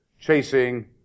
chasing